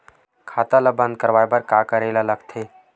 खाता ला बंद करवाय बार का करे ला लगथे?